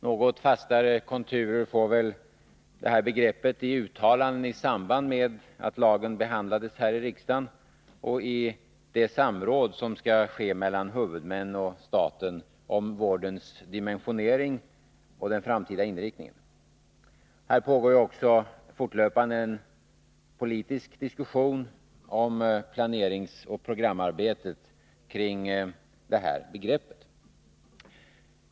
Något fastare konturer får begreppet i uttalanden i samband med riksdagsbehandlingen av lagen och i det samråd som skall ske mellan huvudmän och staten om vårdens dimensionering och framtida inriktning. Här pågår också fortlöpande ett planeringsoch programarbete och en politisk diskussion som successivt ger innehåll åt begreppet.